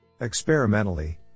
Experimentally